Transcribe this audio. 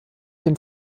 dem